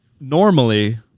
normally